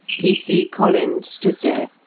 p c. collins stood there,